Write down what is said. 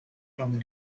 from